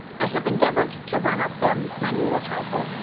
i have endeavored to run up their menu a trifle,